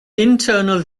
internal